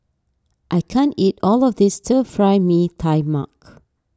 I can't eat all of this Stir Fry Mee Tai Mak